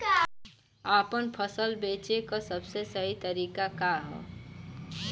आपन फसल बेचे क सबसे सही तरीका का ह?